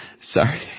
sorry